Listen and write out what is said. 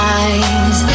eyes